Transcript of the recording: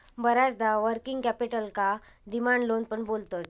बऱ्याचदा वर्किंग कॅपिटलका demand loan पण बोलतत